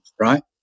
right